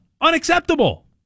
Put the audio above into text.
Unacceptable